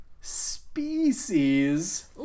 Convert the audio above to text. Species